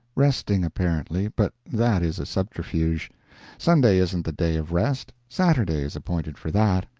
resting, apparently. but that is a subterfuge sunday isn't the day of rest saturday is appointed for that.